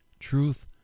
Truth